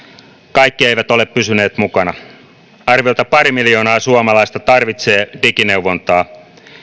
kaikki eivät ole pysyneet mukana arviolta pari miljoonaa suomalaista tarvitsee digineuvontaa